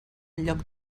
lloc